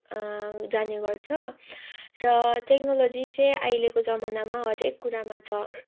जानेगर्छ र टेक्नोलोजी चाहिँ अहिलेको जमानामा हरेक कुरामा छ